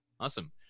Awesome